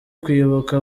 kwibuka